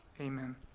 Amen